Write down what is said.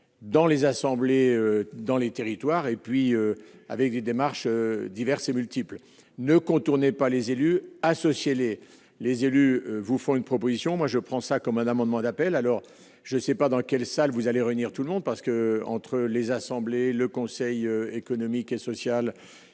dans les assemblées dans les territoires et puis, avec des démarches diverses et multiple ne contournait par les élus, associer les les élus, vous font une proposition : moi je prends ça comme un amendement d'appel alors je ne sais pas dans quelle salle vous allez réunir tout le monde parce que entre les assemblées, le Conseil économique et social,